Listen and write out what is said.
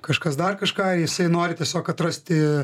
kažkas dar kažką jisai nori tiesiog atrasti